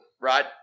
Right